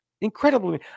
incredible